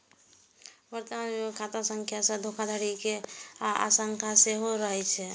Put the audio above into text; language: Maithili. वर्तमान युग मे खाता संख्या सं धोखाधड़ी के आशंका सेहो रहै छै